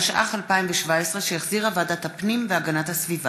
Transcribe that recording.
התשע"ח 2017, שהחזירה ועדת הפנים והגנת הסביבה.